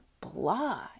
blah